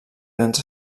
grans